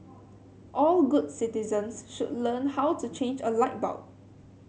all good citizens should learn how to change a light bulb